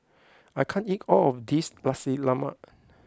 I can't eat all of this Nasi Lemak